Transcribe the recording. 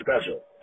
special